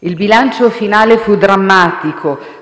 Il bilancio finale fu drammatico: